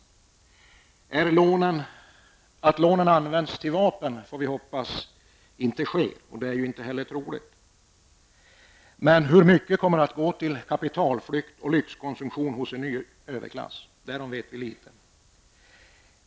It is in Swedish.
Vi får hoppas att lånen inte används till vapen. Det är inte heller troligt. Men hur mycket kommer att gå till kapitalflykt och lyxkonsumtion hos en ny överklass? Därom vet vi litet.